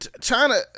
China